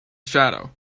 shadow